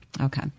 Okay